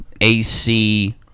AC